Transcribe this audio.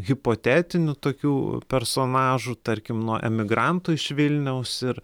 hipotetinių tokių personažų tarkim nuo emigrantų iš vilniaus ir